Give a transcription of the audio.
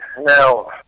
Now